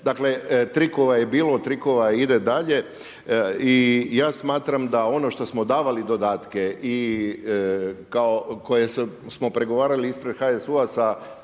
Dakle trikova je bilo, trikova ide dalje i ja smatram da ono što smo davali dodatke koje smo pregovarali ispred HSU-a sa